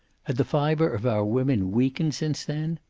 had the fiber of our women weakened since then?